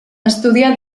estudià